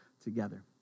together